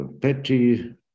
Petty